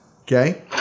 okay